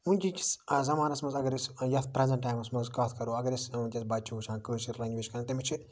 ؤنکٮ۪ن کِس زَمانَس منٛز اَگر أسۍ یَتھ پریزینٹ ٹایمَس منٛز کَتھ کرو اَگر أسۍ وٕنکٮ۪س بَچہٕ چھِ وٕچھان کٲشِر لنگویج کران تٔمِس چھِ